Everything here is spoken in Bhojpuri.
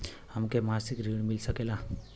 हमके मासिक ऋण मिल सकेला?